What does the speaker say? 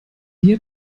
hier